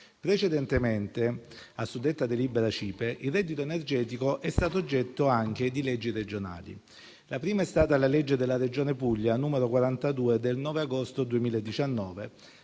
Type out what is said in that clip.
Precedentemente alla suddetta delibera CIPE, il reddito energetico è stato oggetto anche di leggi regionali. La prima è stata la legge della Regione Puglia n. 42 del 9 agosto 2019,